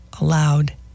allowed